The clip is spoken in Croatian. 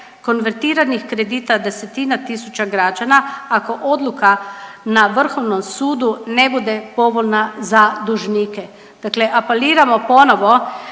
konvertiranih kredita desetina tisuća građana ako odluka na Vrhovnom sudu ne bude povoljna za dužnike. Dakle apeliramo ponovo